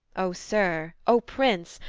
o sir, o prince,